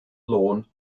lawn